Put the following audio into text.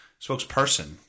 spokesperson